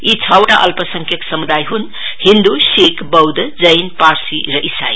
यी छवटा अल्पसंख्य समुदाय छन् हिन्द शिखबौद्धजैनपार्सी र ईसाइ